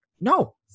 no